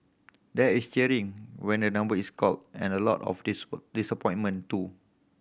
there is cheering when a number is called and a lot of disappointment too